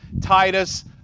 Titus